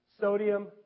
sodium